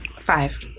five